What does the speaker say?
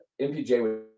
MPJ